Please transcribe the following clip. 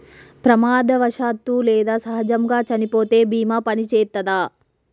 ప్రమాదవశాత్తు లేదా సహజముగా చనిపోతే బీమా పనిచేత్తదా?